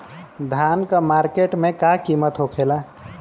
धान क मार्केट में का कीमत होखेला?